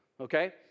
okay